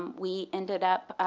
we ended up,